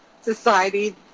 society